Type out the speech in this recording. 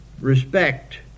respect